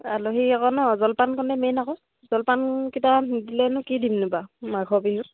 আলহী আকৌ ন জলপানকনে মেইন আকৌ জলপানকেইটা নিদিলেনো কি দিমনো বাৰু মাঘৰ বিহু